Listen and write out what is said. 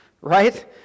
right